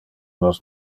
nos